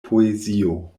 poezio